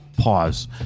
Pause